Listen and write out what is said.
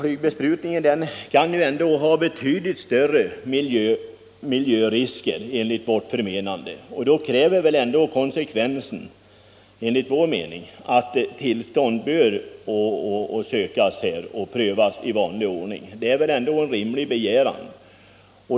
Flygbesprutning kan medföra betydligt större miljörisker enligt vårt förmenande, och då kräver väl ändå konsekvensen att tillstånd bör sökas och ansökningen prövas i vanlig ordning. Det är ändå en rimlig begäran.